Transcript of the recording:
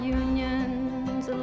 union's